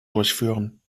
durchführen